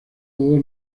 dos